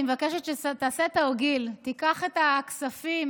אני מבקשת שתעשה תרגיל: תיקח את הכספים